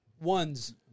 Ones